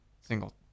single